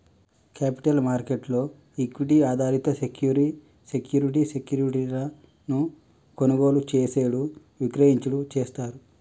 capital market లో equity ఆధారిత security security సెక్యూరిటీలను కొనుగోలు చేసేడు విక్రయించుడు చేస్తారు